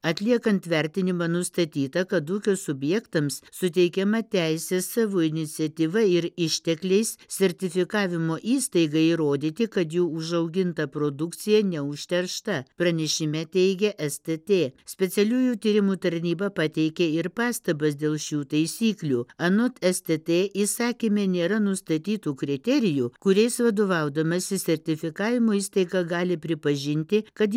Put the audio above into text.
atliekant vertinimą nustatyta kad ūkio subjektams suteikiama teisė savo iniciatyva ir ištekliais sertifikavimo įstaigai įrodyti kad jų užauginta produkcija neužteršta pranešime teigė es tė tė specialiųjų tyrimų tarnyba pateikė ir pastabas dėl šių taisyklių anot es tė tė įsakyme nėra nustatytų kriterijų kuriais vadovaudamasi sertifikavimo įstaiga gali pripažinti kad